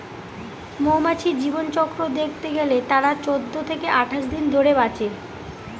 মৌমাছির জীবনচক্র দেখতে গেলে তারা চৌদ্দ থেকে আঠাশ দিন ধরে বাঁচে